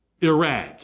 Iraq